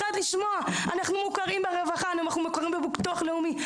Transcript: אנחנו מוכרים ברווחה ובביטוח לאומי,